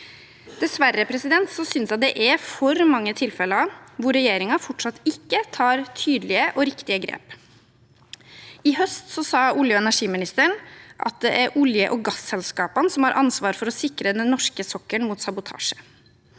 Dessverre synes jeg det er for mange tilfeller hvor regjeringen fortsatt ikke tar tydelige og riktige grep. I høst sa olje- og energiministeren at det er olje- og gasselskapene som har ansvar for å sikre den norske sokkelen mot sabotasje.